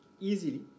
easily